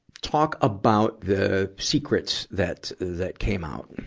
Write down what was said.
talk about the secrets that, that came out.